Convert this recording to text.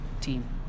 team